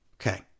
Okay